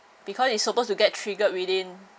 because it's supposed to get triggered within